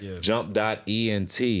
Jump.ent